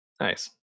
nice